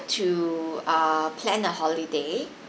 to err plan a holiday